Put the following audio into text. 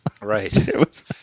Right